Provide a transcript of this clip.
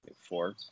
Four